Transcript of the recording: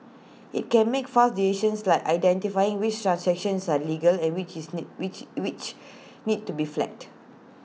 IT can make fast decisions like identifying which transactions are legit and which is need which which need to be flagged